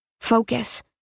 focus